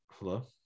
Hello